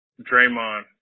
Draymond